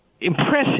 impressive